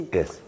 Yes